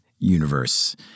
Universe